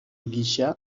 gisa